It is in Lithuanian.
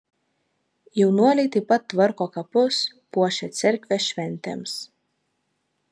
jaunuoliai taip pat tvarko kapus puošia cerkvę šventėms